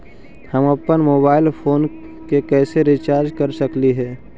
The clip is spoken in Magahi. हम अप्पन मोबाईल फोन के कैसे रिचार्ज कर सकली हे?